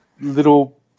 little